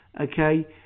okay